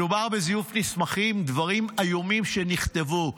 מדובר בזיוף מסמכים, דברים איומים שנכתבו.